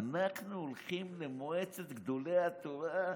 אנחנו הולכים למועצת גדולי התורה.